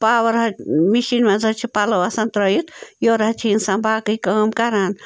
power حظ مِشیٖنہِ منٛز حظ چھِ پَلو آسان ترٲیِتھ یورٕ حظ چھِ اِنسان باقٕے کٲم کَران